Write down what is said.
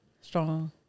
strong